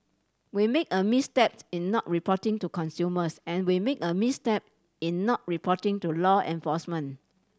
we make a misstep in not reporting to consumers and we made a misstep in not reporting to law enforcement